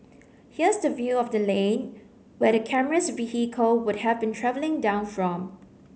here's the view of the lane where the camera's vehicle would have been travelling down from